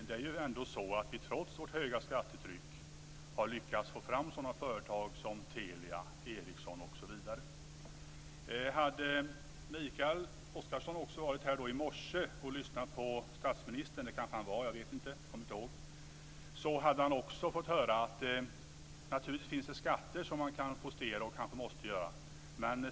Det är ändå så att vi trots vårt höga skattetryck har lyckats få fram sådana företag som Telia, Hade Mikael Oscarsson varit här i morse och lyssnat på statsministern - det kanske han var, jag kommer inte ihåg om han var det - hade kan också fått höra att det naturligtvis finns skatter som man kan justera och som man kanske måste justera.